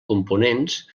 components